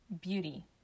Beauty